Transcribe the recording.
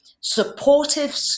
supportive